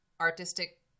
artistic